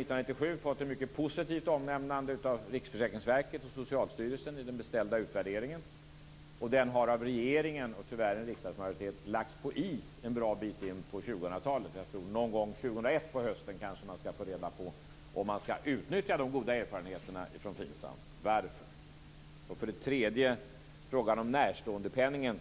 1997 ett mycket positivt omnämnande av Riksförsäkringsverket och Socialstyrelsen i den beställda utvärderingen, och den har av regeringen och, tyvärr, av en riksdagsmajoritet lagts på is en bra bit in på 2000 talet. Någon gång på hösten 2001 kanske man skall få reda på om de goda erfarenheterna från FINSAM skall utnyttjas. Varför? Min tredje fråga gäller närståendepenningen.